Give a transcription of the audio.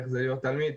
איך זה להיות תלמיד?